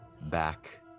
back